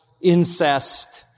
incest